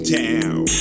town